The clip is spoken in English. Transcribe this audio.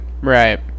Right